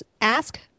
Ask